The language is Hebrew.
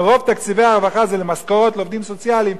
ורוב תקציבי הרווחה זה למשכורת לעובדים סוציאליים,